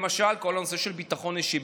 למשל כל הנושא של הביטחון האישי.